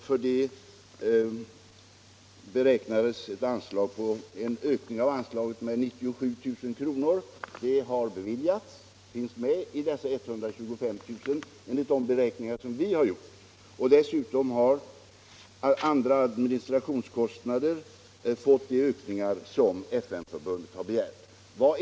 För detta beräknades en ökning av anslagen med 97 000 kr., vilket har beviljats och ingår i dessa 125 000 kr. Dessutom har andra administrativa poster fått de ökningar som FN-förbundet begärt.